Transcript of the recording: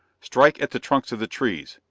strike at the trunks of the trees!